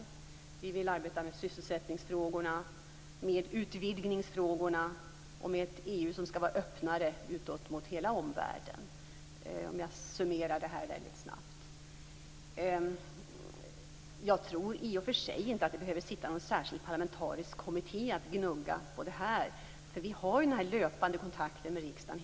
Vi vill arbeta med sysselsättningsfrågorna, med utvidgningsfrågorna och med ett EU som skall vara öppnare utåt mot hela omvärlden; för att summera det här väldigt snabbt. I och för sig tror jag inte att en särskild parlamentarisk kommitté behöver gnugga på det här. Vi har ju hela tiden löpande kontakt med riksdagen.